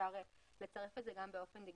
אפשר לצרף את זה גם באופן דיגיטלי.